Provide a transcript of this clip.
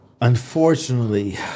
Unfortunately